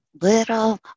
little